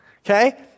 Okay